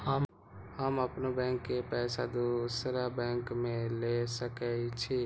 हम अपनों बैंक के पैसा दुसरा बैंक में ले सके छी?